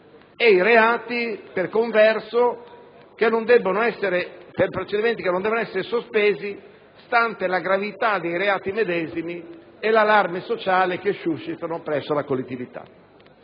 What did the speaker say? e quelli, per converso, che non devono essere sospesi stante la gravità dei reati medesimi e l'allarme sociale che suscitano presso la collettività.